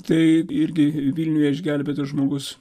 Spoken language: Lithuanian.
tai irgi vilniuje išgelbėtas žmogus